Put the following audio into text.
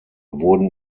wurden